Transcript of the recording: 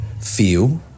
feel